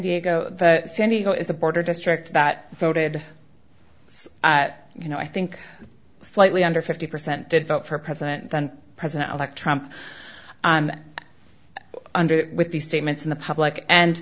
diego san diego is a border district that voted you know i think slightly under fifty percent did vote for president then president elect trump with these statements in the public and